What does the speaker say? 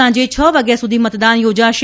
સાંજે છ વાગ્યા સુધી મતદાન યોજાશે